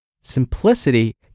simplicity